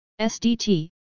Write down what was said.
SDT